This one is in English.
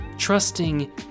Trusting